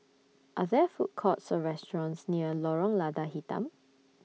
Are There Food Courts Or restaurants near Lorong Lada Hitam